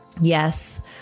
Yes